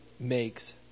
makes